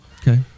Okay